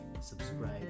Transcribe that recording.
subscribe